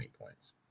points